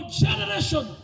generation